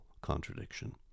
contradiction